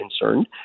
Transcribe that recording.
concerned